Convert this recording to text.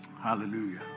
hallelujah